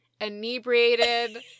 inebriated